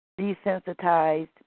Desensitized